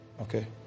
Okay